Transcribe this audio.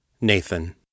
Nathan